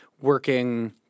working